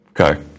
Okay